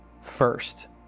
first